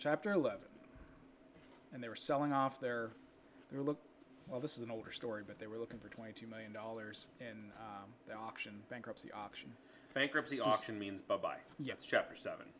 chapter eleven and they were selling off their their look well this is an older story but they were looking for twenty two million dollars and the auction bankruptcy auction bankruptcy auction mean by yes chapter seven